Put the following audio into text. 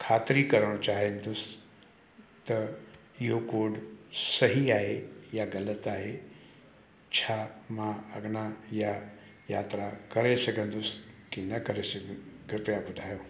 ख़ातिरी करण चाहींदुसि त इहो कोड सही आहे या ग़लति आहे छा मां अॻियां इहा यात्रा करे सघंदुसि कि न करे सघंदुसि कृपया ॿुधायो